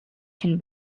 чинь